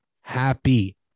happy